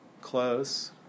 Close